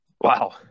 Wow